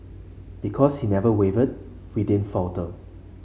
because he never wavered we didn't falter